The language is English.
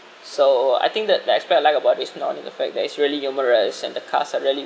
so I think that the aspect I like about this not only the fact that is really humorous and the cast are really